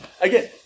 again